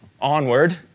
onward